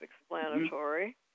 explanatory